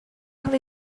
cael